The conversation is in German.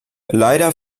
leider